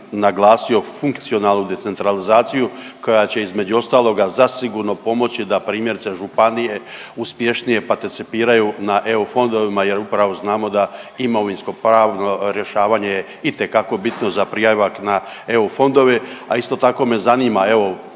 naglasio funkcionalnu decentralizaciju koja će između ostaloga zasigurno pomoći da primjerice županije uspješnije participiraju na EU fondovima, jer upravo znamo da imovinsko-pravno rješavanje itekako bitno za prijavak na EU fondove, a isto tako me zanima evo na